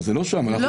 אני